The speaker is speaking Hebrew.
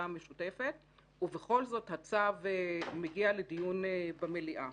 המשותפת ובכל זאת הצו מגיע לדיון במליאה.